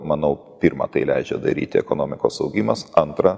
manau pirma tai leidžia daryti ekonomikos augimas antra